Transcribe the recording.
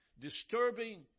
disturbing